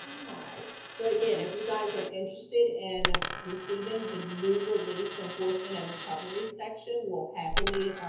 all right. so again, if you guys are interested in receiving the new release enforcement and recovery section, we'll happily,